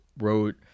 wrote